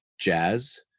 jazz